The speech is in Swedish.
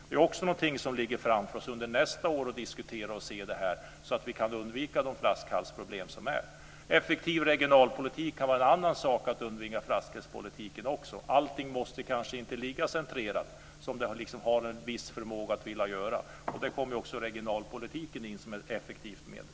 Det är också någonting som ligger framför oss att diskutera under nästa år för att vi ska kunna undvika de flaskhalsproblem som vi har. En effektiv regionalpolitik kan vara en annan sak för att undvika flaskhalsproblemen. Allting måste kanske inte ligga centrerat, som det har en viss förmåga att vilja göra. Där kommer också regionalpolitiken in som ett effektivt medel.